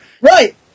Right